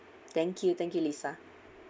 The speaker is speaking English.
thank you thank you lisa